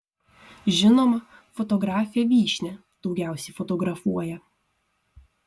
žinoma fotografė vyšnia daugiausiai fotografuoja